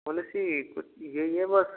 policy कुछ यही है बस